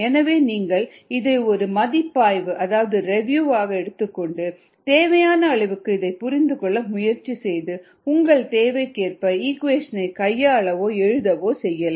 எனவே நீங்கள் இதை ஒரு மதிப்பாய்வு அதாவது ரேவியூ ஆக எடுத்துக்கொண்டு தேவையான அளவுக்கு இதைப் புரிந்து கொள்ள முயற்சி செய்து உங்கள் தேவைக்கேற்ப இக்வேஷனை கையாளவோ எழுதவோ செய்யலாம்